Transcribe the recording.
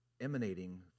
emanating